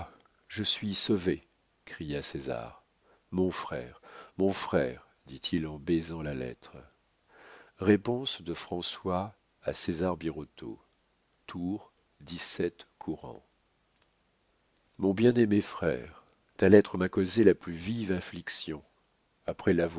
je suis sauvé cria césar mon frère mon frère dit-il en baisant la lettre réponse de françois à ses arreau tour dix-sept courant mon bien-aimé frère ta lettre m'a causé la plus vive affliction après l'avoir